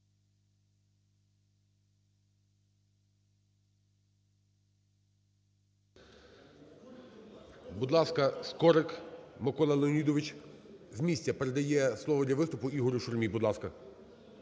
Будь ласка, Скорик Микола Леонідович з місця, передає слово для виступу Ігорю Шурмі. Будь ласка.